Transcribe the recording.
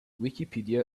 wikipedia